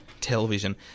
television